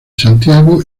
santiago